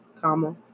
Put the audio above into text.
comma